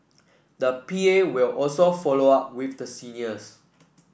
the P A will also follow up with the seniors